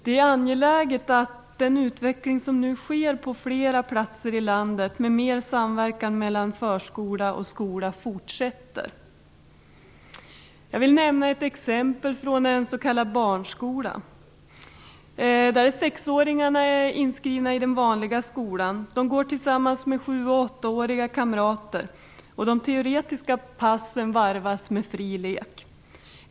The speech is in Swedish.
Det är angeläget att den utveckling som nu sker på flera platser i landet med mer samverkan mellan förskolan och skolan fortsätter. Jag vill nämna ett exempel från en s.k. barnskola. Där är sexåringarna inskrivna i den vanliga skolan. De går där tillsammans med 7-8-åriga kamrater. De teoretiska passen varvas med fri lek.